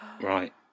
Right